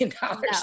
dollars